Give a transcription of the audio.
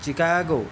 Chicago